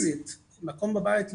מקום בבית ללינה,